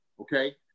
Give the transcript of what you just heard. Okay